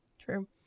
True